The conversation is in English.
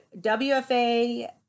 WFA